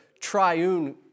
triune